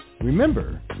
Remember